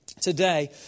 today